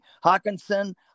Hawkinson